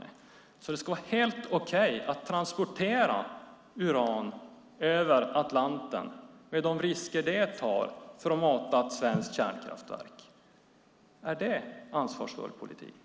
Det ska vara helt okej att transportera uran över Atlanten, med de risker det innebär, för att mata ett svenskt kärnkraftverk. Är det ansvarsfull politik?